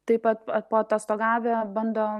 taip pat paatostogavę bando